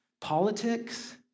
politics